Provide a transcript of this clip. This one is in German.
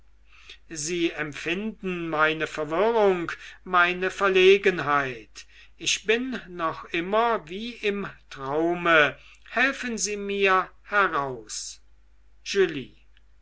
sie empfinden meine verwirrung meine verlegenheit ich bin noch immer wie im traume helfen sie mir heraus